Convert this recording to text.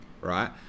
right